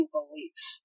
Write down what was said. beliefs